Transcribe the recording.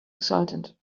exultant